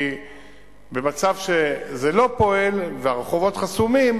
כי במצב שזה לא פועל והרחובות חסומים,